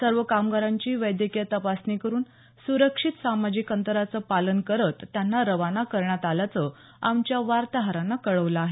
सर्व कामगारांची वैद्यकीय तपासणी करून सुरक्षित सामाजिक अंतराचं पालन करत त्यांना खाना करण्यात आल्याचं आमच्या वार्ताहरानं कळवलं आहे